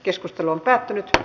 keskustelu on päättyi